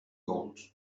gold